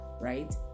Right